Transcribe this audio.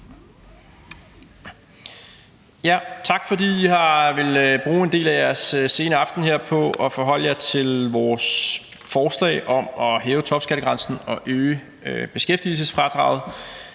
Tak, fordi I har villet bruge en del af jeres sene aften her på at forholde jer til vores forslag om at hæve topskattegrænsen og øge beskæftigelsesfradraget.